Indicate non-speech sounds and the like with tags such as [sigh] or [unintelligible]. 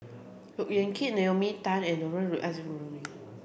Look Yan Kit Naomi Tan and Mohammad [unintelligible]